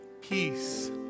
peace